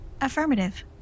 Affirmative